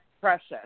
precious